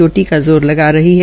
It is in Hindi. चोटी का जोर लगा रही है